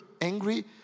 angry